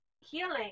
Healing